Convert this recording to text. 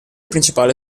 principale